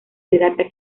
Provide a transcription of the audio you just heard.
terapia